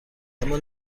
اما